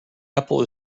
apple